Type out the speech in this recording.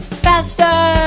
faster!